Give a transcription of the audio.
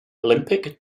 olympic